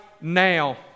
now